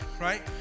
right